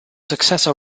successor